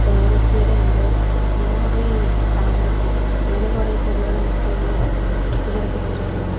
പേരക്കയുടേതുണ്ട് അങ്ങനെ കുറേ ചാമ്പക്ക അങ്ങനെ കുറേ ചെടികളും ഒക്കെ നമ്മളിവിടെ വച്ചു പിടിപ്പിച്ചിട്ടുണ്ട്